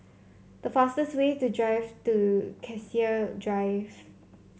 the fastest way to drive to Cassia Drive